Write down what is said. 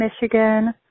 Michigan